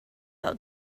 out